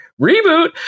reboot